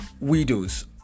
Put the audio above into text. widows